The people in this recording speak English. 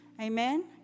Amen